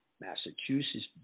Massachusetts